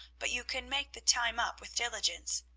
but you can make the time up with diligence.